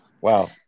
Wow